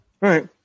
right